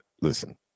listen